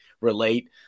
relate